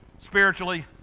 spiritually